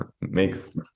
Makes